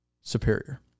superior